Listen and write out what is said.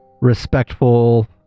respectful